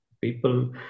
people